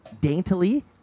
daintily